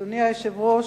אדוני היושב-ראש,